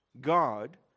God